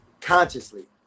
consciously